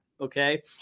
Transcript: okay